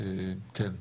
כן.